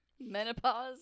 menopause